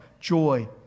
joy